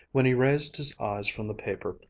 when he raised his eyes from the paper,